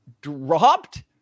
dropped